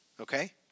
okay